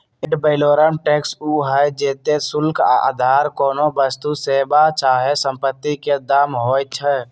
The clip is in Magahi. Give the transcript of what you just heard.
एड वैलोरम टैक्स उ हइ जेते शुल्क अधार कोनो वस्तु, सेवा चाहे सम्पति के दाम होइ छइ